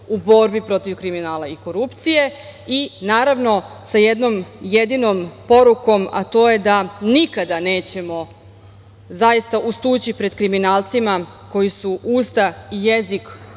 u borbi protiv kriminala i korupcije i naravno sa jednom jedinom porukom, a to je da nikada nećemo zaista ustući pred kriminalcima koji su usta i jezik